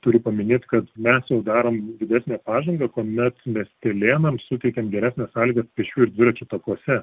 turiu paminėt kad mes jau darom didesnę pažangą kuomet miestelėnams suteikiam geresnes sąlygas pėsčiųjų ir dviračių takuose